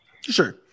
sure